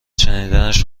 شنیدنش